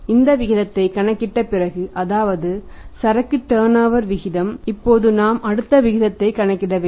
இந்த விகிதத்தை கணக்கிட்ட பிறகு அதாவது சரக்கு டர்நோவர விகிதம் இப்போது நாம் அடுத்த விகிதத்தைக் கணக்கிட வேண்டும்